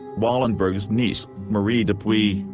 wallenberg's niece, marie dupuy,